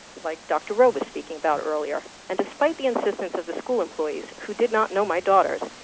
like dr. rowe was speaking about earlier, and despite the insistence of the school employees who did not know my daughters,